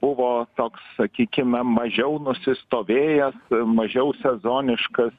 buvo toks sakykime mažiau nusistovėjęs mažiau sezoniškas